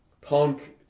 Punk